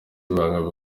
ibanga